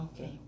Okay